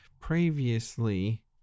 previously